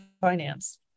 finance